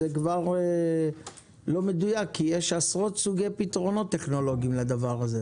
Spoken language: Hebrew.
זה לא מדויק כי יש עשרות סוגי פתרונות טכנולוגיים לדבר הזה.